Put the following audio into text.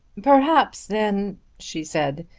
perhaps, then, she said,